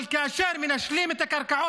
אבל כאשר מנשלים את האנשים